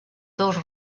dos